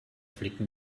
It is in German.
flicken